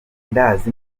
ndazi